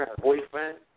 boyfriend